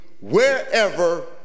wherever